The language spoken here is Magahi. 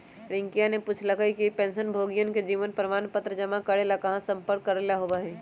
रियंकावा ने पूछल कई कि पेंशनभोगियन के जीवन प्रमाण पत्र जमा करे ला कहाँ संपर्क करे ला होबा हई?